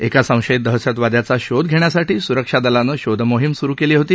एका संशयित दहशतवाद्याचा शोध घेण्यासाठी सुरक्षा दलानं शोधमोहीम सुरु केली होती